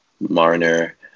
Marner